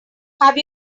have